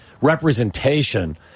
representation